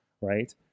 right